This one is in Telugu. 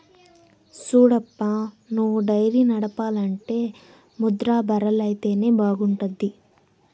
సూడప్పా నువ్వు డైరీ నడపాలంటే ముర్రా బర్రెలైతేనే బాగుంటాది